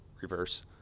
reverse